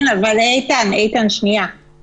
אבל, איתן, הרי